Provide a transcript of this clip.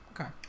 Okay